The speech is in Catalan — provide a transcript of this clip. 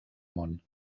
món